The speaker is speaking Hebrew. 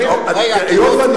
רגע,